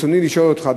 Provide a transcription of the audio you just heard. ברצוני לשאול אותך,